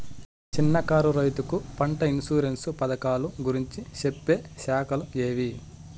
చిన్న కారు రైతుకు పంట ఇన్సూరెన్సు పథకాలు గురించి చెప్పే శాఖలు ఏవి?